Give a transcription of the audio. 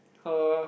her